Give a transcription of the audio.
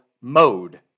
mode